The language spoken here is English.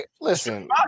Listen